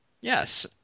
Yes